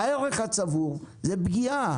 הערך הצבור זה פגיעה.